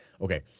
okay